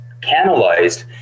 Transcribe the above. canalized